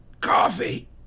Coffee